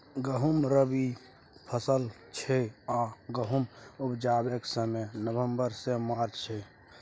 गहुँम रबी फसल छै आ गहुम उपजेबाक समय नबंबर सँ मार्च छै